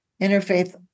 interfaith